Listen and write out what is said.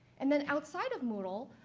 and then outside of moodle,